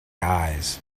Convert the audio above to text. eyes